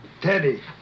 Teddy